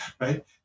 right